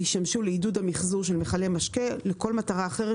וישמשו לעידוד המחזור של מכלי משקה ולכל מטרה אחרת